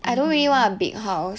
mmhmm